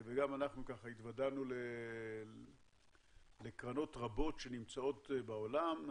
וגם אנחנו התוודענו לקרנות רבות שנמצאות בעולם.